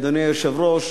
אדוני היושב-ראש,